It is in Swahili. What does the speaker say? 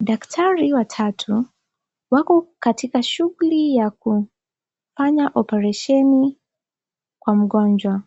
Daktari watatu, wako katika shughuli ya kufanya oparesheni kwa mgonjwa.